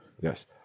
Yes